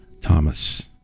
Thomas